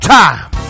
time